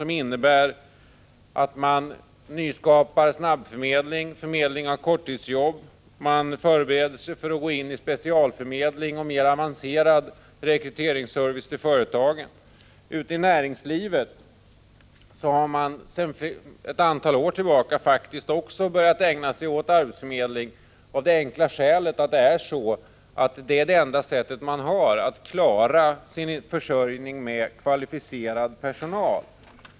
Man nyskapar snabbförmedling, förmedling av korttidsjobb, och man förbereder sig för att arbeta med specialförmedling och mer avancerad rekryteringsservice till företagen. Ute i näringslivet har man sedan ett antal år tillbaka också börjat ägna sig åt arbetsförmedling. Det enkla skälet härför är att det är det enda sättet att klara försörjningen med kvalificerad personal.